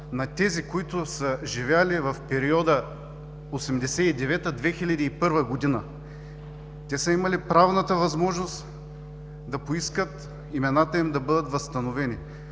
на тези, които са живели в периода 1989 – 2001 г. Те са имали правната възможност да поискат имената им да бъдат възстановени.